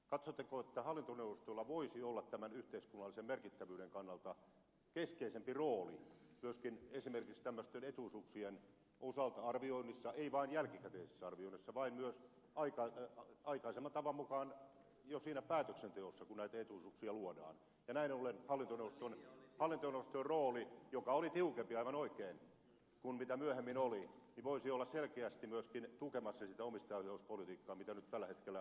katsotteko että hallintoneuvostoilla voisi olla tämän yhteiskunnallisen merkittävyyden kannalta keskeisempi rooli myöskin esimerkiksi tämmöisten etuisuuksien osalta arvioinnissa ei vain jälkikäteisessä arvioinnissa vaan myös aikaisemman tavan mukaan jo siinä päätöksenteossa kun näitä etuisuuksia luodaan ja näin ollen hallintoneuvostojen rooli joka oli tiukempi aivan oikein kuin mitä myöhemmin oli voisi olla selkeästi myöskin tukemassa sitä omistajaohjauspolitiikkaa mitä nyt tällä hetkellä ministerin johdolla tehdään